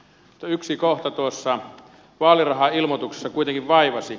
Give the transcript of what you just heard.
mutta yksi kohta tuossa vaalirahailmoituksessa kuitenkin vaivasi